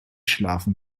schlafen